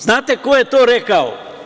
Znate ko je to rekao?